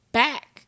back